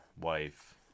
wife